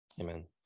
Amen